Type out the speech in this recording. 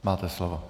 Máte slovo.